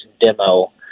demo